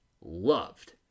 loved